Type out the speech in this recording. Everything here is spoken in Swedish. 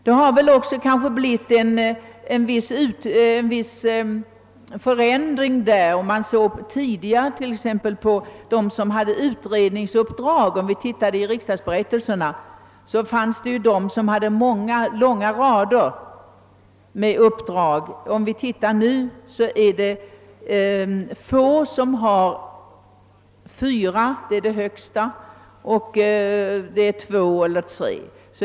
Här har väl också skett en viss förändring. Tidigare fanns det enligt riksdagsberättelserna de som hade långa rader av utredningsuppdrag. Nu är det bara två eller tre som har fyra sådana utredningsuppdrag — det är det högsta antalet.